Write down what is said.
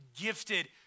gifted